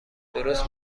درست